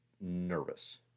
nervous